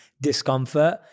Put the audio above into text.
discomfort